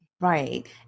Right